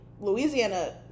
Louisiana